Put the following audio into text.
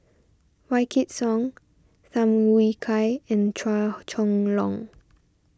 Wykidd Song Tham Yui Kai and Chua Chong Long